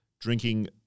drinking